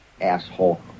Asshole